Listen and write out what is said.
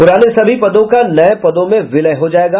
पुराने सभी पदों का नये पदों में विलय हो जायेगा